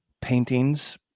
paintings